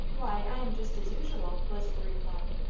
why, i am just as usual, was the reply.